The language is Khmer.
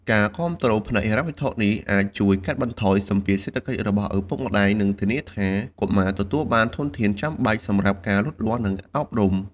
ការគាំទ្រផ្នែកហិរញ្ញវត្ថុនេះអាចជួយកាត់បន្ថយសម្ពាធសេដ្ឋកិច្ចរបស់ឪពុកម្តាយ និងធានាថាកុមារទទួលបានធនធានចាំបាច់សម្រាប់ការលូតលាស់ និងការអប់រំ។